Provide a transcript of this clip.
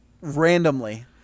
randomly